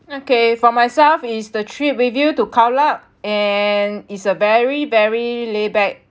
okay for myself it's the trip with you to khao lak and it's a very very laid back